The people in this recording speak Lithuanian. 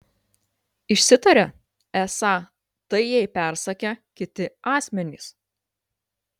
išsitarė esą tai jai persakę kiti asmenys